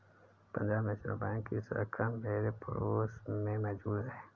Punjab National Bank की शाखा मेरे पड़ोस में मौजूद है